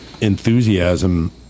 enthusiasm